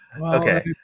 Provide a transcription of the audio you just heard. Okay